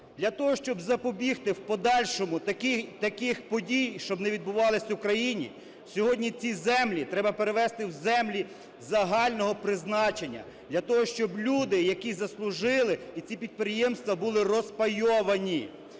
Для того, щоб запобігти в подальшому таких подій, щоб не відбувалися у країні, сьогодні ці землі треба перевести в землі загального призначення для того, щоб люди, які заслужили, і ці підприємства були розпайовані.